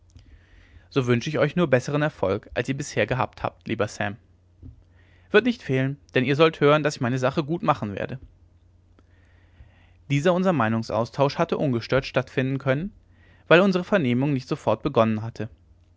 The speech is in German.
so wünsche ich euch nur bessern erfolg als ihr bisher gehabt habt lieber sam wird nicht fehlen denn ihr sollt hören daß ich meine sache gut machen werde dieser unser meinungsaustausch hatte ungestört stattfinden können weil unsere vernehmung nicht sofort begonnen hatte